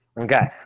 Okay